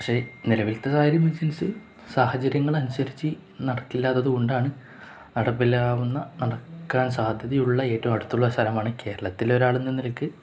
പക്ഷെ നിലവിലത്തെ സാഹചര്യം സാഹചര്യങ്ങളനുസരിച്ച് നടക്കില്ലാത്തതുകൊണ്ടാണ് നടപ്പിലാവുന്ന നടക്കാൻ സാധ്യതയുള്ള ഏറ്റവും അടുത്തുള്ള സ്ഥലമാണ് കേരളത്തിലെ ഒരാളെന്ന നിലയ്ക്ക്